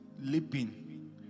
leaping